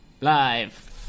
Live